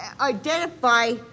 identify